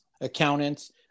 accountants